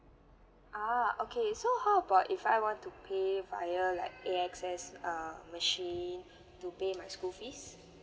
ah okay so how about if I want to pay via like A_X_S uh machine to pay my school fees